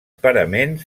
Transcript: paraments